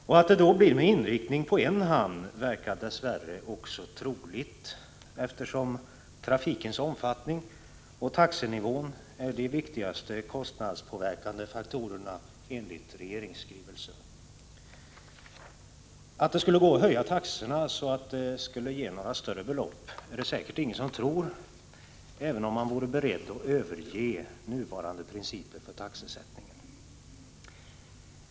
Och att det då blir med inriktning på en hamn verkar dess värre också troligt, eftersom trafikens omfattning och taxenivån är de viktigaste kostnadspåverkande faktorerna enligt regeringsskrivelsen. Att det skulle gå att höja taxorna så att det skulle ge några större belopp är det säkert ingen som tror, även om man vore beredd att överge nuvarande principer för taxesättningen.